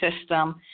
system